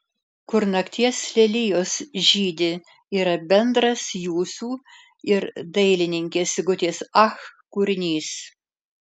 kur nakties lelijos žydi yra bendras jūsų ir dailininkės sigutės ach kūrinys